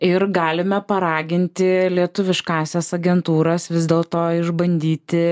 ir galime paraginti lietuviškąsias agentūras vis dėlto išbandyti